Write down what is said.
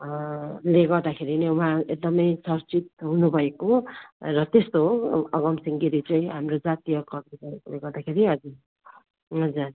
ले गर्दाखेरि नै उहाँ एकदमै चर्चित हुनुभएको हो र त्यस्तो हो अगमसिंह गिरी चाहिँ हाम्रो जातीय कवि भएकोले गर्दाखेरि हजुर हजुर